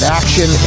action